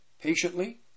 patiently